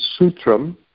sutram